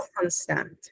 constant